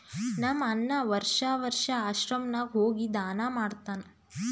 ನಮ್ ಅಣ್ಣಾ ವರ್ಷಾ ವರ್ಷಾ ಆಶ್ರಮ ನಾಗ್ ಹೋಗಿ ದಾನಾ ಮಾಡ್ತಾನ್